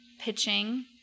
pitching